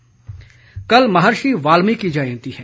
वाल्मिकी जयंती कल महार्षी वाल्मिकी जयंती है